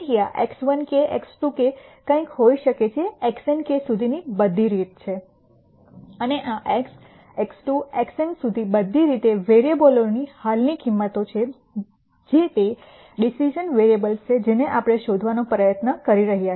તેથી આ x1k x2k કંઈક હોઈ શકેછેxnk સુધીની બધી રીત છે અને આ x x2 x n સુધી બધી રીતે વેરીએબલોની હાલની કિંમતો છે જે તે ડિસિઝન વેરીએબલ્સ છે જેને આપણે શોધવાનો પ્રયત્ન કરી રહ્યા છીએ